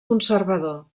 conservador